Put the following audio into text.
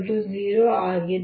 E00 ಆಗಿದೆ